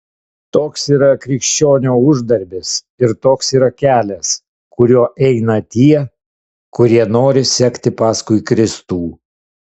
toks yra krikščionio uždarbis ir toks yra kelias kuriuo eina tie kurie nori sekti paskui kristų